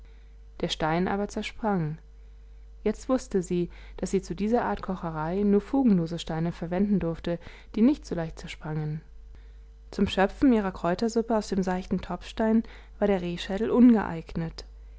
der stein aber zersprang jetzt wußte sie daß sie zu dieser art kocherei nur fugenlose steine verwenden durfte die nicht so leicht zersprangen zum schöpfen ihrer kräutersuppe aus dem seichten topfstein war der rehschädel ungeeignet